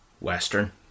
Western